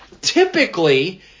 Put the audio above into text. typically